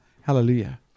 Hallelujah